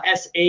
SA